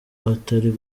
atari